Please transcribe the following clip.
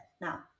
Now